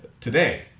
today